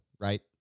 Right